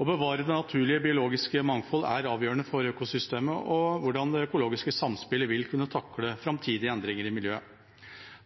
Å bevare det naturlige biologiske mangfoldet er avgjørende for økosystemet og for hvordan det økologiske samspillet vil kunne takle framtidige endringer i miljøet.